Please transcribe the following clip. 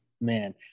Man